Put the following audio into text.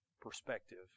perspective